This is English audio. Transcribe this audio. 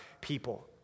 people